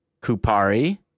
Kupari